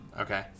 okay